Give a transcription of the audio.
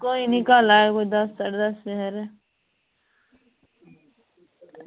कोई निं कल्ल आएओ कोई दस्स साड्डे दस्स बजे हारे